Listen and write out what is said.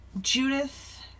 Judith